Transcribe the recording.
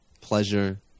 Pleasure